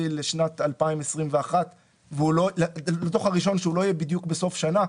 לשנת 2021. הדוח הראשון שהוא לא יהיה בדיוק בסוף שנה.